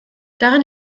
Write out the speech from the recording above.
darin